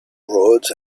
roads